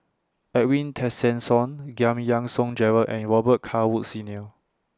Edwin Tessensohn Giam Yean Song Gerald and Robet Carr Woods Senior